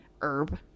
herb